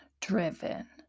driven